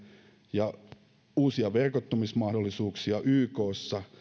ja innovaatioille uusia verkottumismahdollisuuksia ykssa